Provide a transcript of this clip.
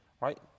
right